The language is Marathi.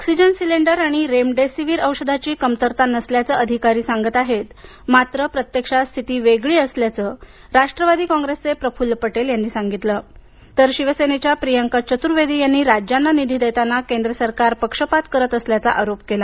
ऑक्सिजन सिलेंडर आणि रेमडेसिवीर औषधाची कमतरता नसल्याचे अधिकारी सांगत आहेत मात्र प्रत्यक्षात स्थिती वेगळी असल्याचे राष्ट्रवादी कॉंग्रेसचे प्रफुल्ल पटेल यांनी सांगितल तर शिवसेनेच्या प्रियांका चतुर्वेदी यांनी राज्यांना निधी देताना केंद्र सरकार पक्षपात करत असल्याचा आरोप केला